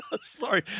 Sorry